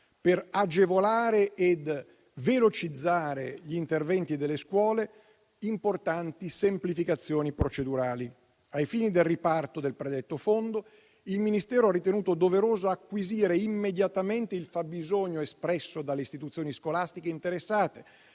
per agevolare e velocizzare gli interventi delle scuole, importanti semplificazioni procedurali. Ai fini del riparto del predetto fondo, il Ministero ha ritenuto doveroso acquisire immediatamente il fabbisogno espresso dalle istituzioni scolastiche interessate,